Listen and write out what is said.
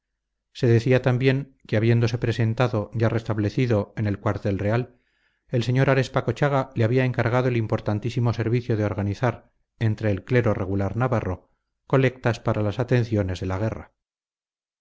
se decía también que habiéndose presentado ya restablecido en el cuartel real el sr arespacochaga le había encargado el importantísimo servicio de organizar entre el clero regular navarro colectas para las atenciones de la guerra